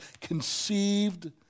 conceived